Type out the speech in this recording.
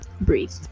breathe